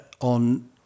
on